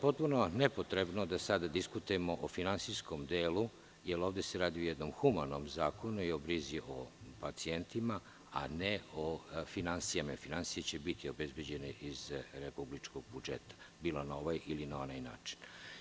Potpuno je nepotrebno da sada diskutujemo o finansijskom delu jer se ovde radi o humanom zakonu i brizi o pacijentima, a ne o finansijama, jer finansije će biti obezbeđene iz republičkog budžeta na ovaj ili onaj način.